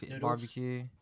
Barbecue